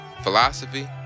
philosophy